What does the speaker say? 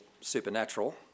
supernatural